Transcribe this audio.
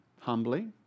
Humbly